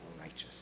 righteous